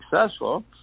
successful